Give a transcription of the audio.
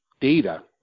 data